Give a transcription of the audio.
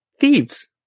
thieves